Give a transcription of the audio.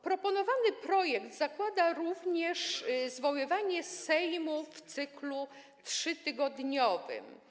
Proponowany projekt zakłada również zwoływanie Sejmu w cyklu 3-tygodniowym.